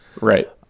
Right